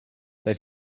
that